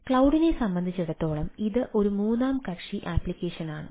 ക്ലൌഡിനെ സംബന്ധിച്ചിടത്തോളം ഇത് ഒരു മൂന്നാം കക്ഷി അപ്ലിക്കേഷനാണ്